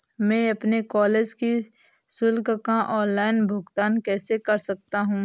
मैं अपने कॉलेज की शुल्क का ऑनलाइन भुगतान कैसे कर सकता हूँ?